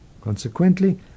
Consequently